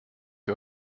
ihr